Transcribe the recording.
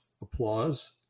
applause